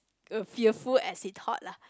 uh fearful as it thought lah